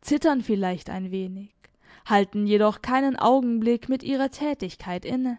zittern vielleicht ein wenig halten jedoch keinen augenblick mit ihrer tätigkeit inne